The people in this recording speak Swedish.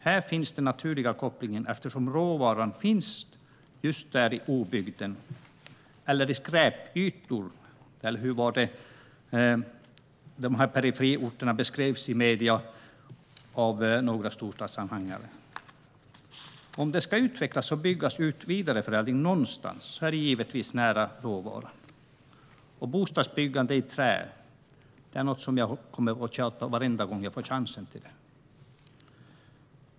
Här finns den naturliga kopplingen eftersom råvaran finns just där i obygden - eller i skräpytor, eller hur var det dessa periferiorter beskrevs i medierna av några storstadsanhängare? Om det ska utvecklas och byggas ut vidareförädling någonstans är det givetvis nära råvaran. Bostadsbyggande i trä är något som jag kommer att tjata om varenda gång jag får tillfälle till det.